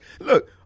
Look